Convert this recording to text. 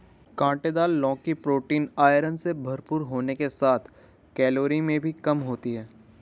काँटेदार लौकी protein, iron से भरपूर होने के साथ कैलोरी में भी कम होती है